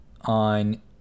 on